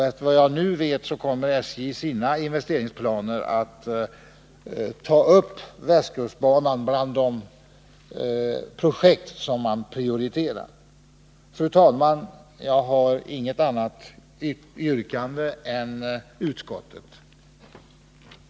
Efter vad jag nu vet kommer SJ i sina investeringsplaner att ta upp västkustbanan bland de projekt man prioriterar. Fru talman! Jag har inget annat yrkande än bifall till utskottets hemställan.